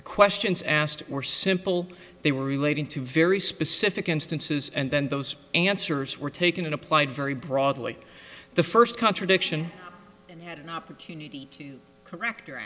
the questions asked or simple they were relating to very specific instances and then those answers were taken and applied very broadly the first contradiction had an opportunity to correct or